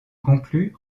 conclu